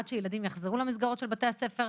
עד שהילדים יחזרו למסגרות של בתי הספר,